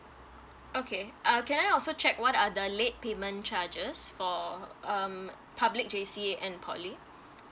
okay uh can I also check what are the late payment charges for um public J_C and poly